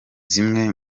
zimwe